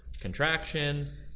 contraction